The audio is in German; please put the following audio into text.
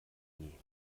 nie